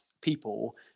people